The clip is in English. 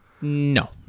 No